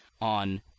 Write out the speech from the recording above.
on